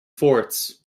forts